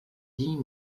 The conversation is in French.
dit